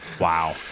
wow